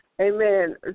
amen